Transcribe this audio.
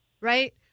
right